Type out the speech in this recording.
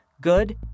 good